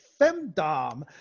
femdom